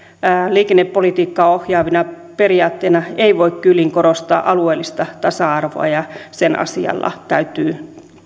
liikennepolitiikkaa ohjaavana periaatteena ei voi kyllin korostaa alueellista tasa arvoa ja sen asialla täytyy